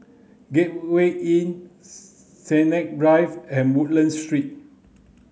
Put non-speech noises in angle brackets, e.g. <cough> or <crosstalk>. Gateway Inn <unintelligible> Sennett Drive and Woodlands Street